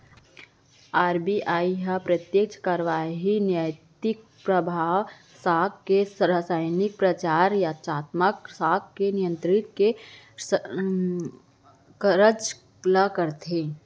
RBI ह प्रत्यक्छ कारवाही, नैतिक परभाव, साख के रासनिंग, परचार, चयनात्मक साख नियंत्रन के कारज ल करथे